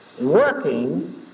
working